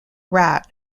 rat